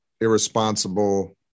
irresponsible